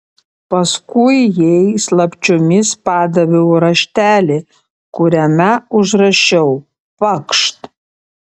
paskui jai slapčiomis padaviau raštelį kuriame užrašiau pakšt